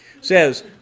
says